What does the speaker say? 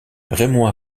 raymond